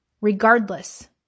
regardless